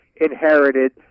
inherited